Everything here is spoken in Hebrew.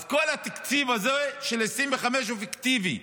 אז כל התקציב הזה של 2025 הוא פיקטיבי,